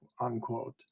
unquote